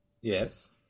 Yes